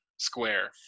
square